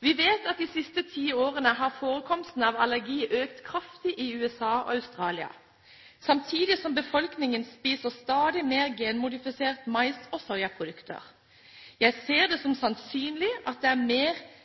«Vi vet at de siste 10 årene har forekomsten av allergi økt kraftig i USA og Australia, samtidig som befolkningen spiser stadig mer genmodifiserte mais- og soyaprodukter. Jeg ser det som sannsynlig at det er